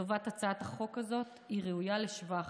לטובת הצעת החוק הזאת ראויה לשבח,